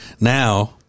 now